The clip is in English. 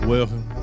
Welcome